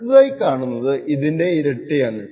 അടുത്തതായി കാണുന്നത് ഇതിന്റെ ഇരട്ടിയാണ്